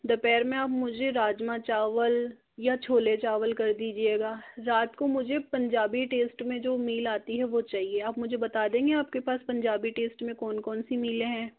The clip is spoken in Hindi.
दोपहर में आप मुझे राजमा चावल या छोले चावल कर दीजिएगा रात को मुझे पंजाबी टेस्ट में जो मील आती है वो चाहिए आप मुझे बता देंगे आपके पास पंजाबी टेस्ट में कौन कौन सी मीलें हैं